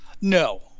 No